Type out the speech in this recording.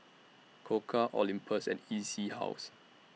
Koka Olympus and E C House